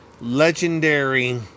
legendary